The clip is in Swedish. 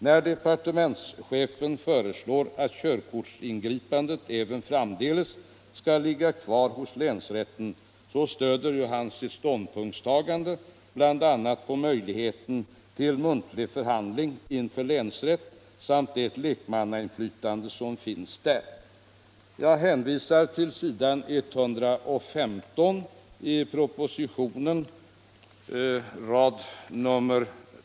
När departementschefen föreslår att körkortsingripandet även framdeles skall ligga kvar hos länsrätten så stöder han sitt ståndpunktstagande, bl.a. på möjligheten till muntlig förhandling inför länsrätt samt det lekmannainflytande som finns där. Jag hänvisar till s. 115 i propositionen r.